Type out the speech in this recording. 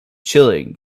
chilling